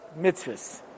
mitzvahs